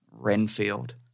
Renfield